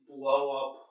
blow-up